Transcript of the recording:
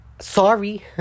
sorry